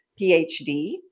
PhD